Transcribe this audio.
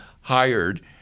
hired